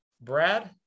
Brad